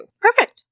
Perfect